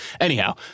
Anyhow